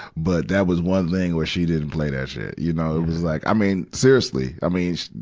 but that was one thing where she didn't play that shit. you know, it was like i mean, seriously, i mean,